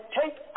take